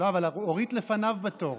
לא, אבל אורית לפניו בתור.